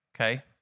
okay